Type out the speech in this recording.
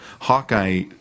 Hawkeye